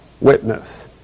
witness